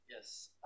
Yes